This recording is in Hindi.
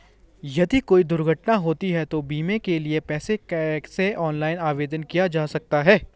यदि कोई दुर्घटना होती है तो बीमे के लिए कैसे ऑनलाइन आवेदन किया जा सकता है?